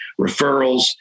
referrals